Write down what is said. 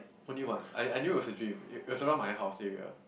only once I I knew was a dream it it was around my house area